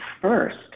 first